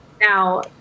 Now